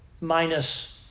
minus